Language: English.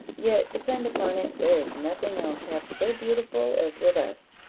yet, depend upon it, there is nothing else half so beautiful as with us.